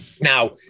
Now